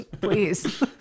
Please